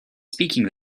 speaking